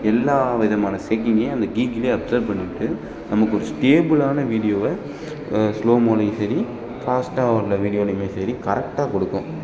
எல்லா விதமான சேக்கிங்க்கியும் அந்த கீகிளே அப்சர்வ் பண்ணிகிட்டு நமக்கு ஒரு ஸ்டேபிளான வீடியோவை ஸ்லோமோலையும் சரி ஃபாஸ்ட்டாக உள்ள வீடியோலையிமே சரி கரெக்டாக கொடுக்கும்